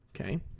Okay